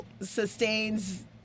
sustains